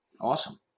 Awesome